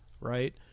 right